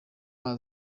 amazi